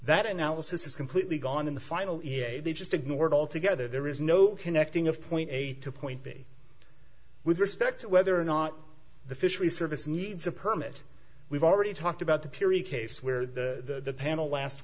that analysis is completely gone in the final they just ignore it altogether there is no connecting of point a to point b with respect to whether or not the fishery service needs a permit we've already talked about the piri case where the panel last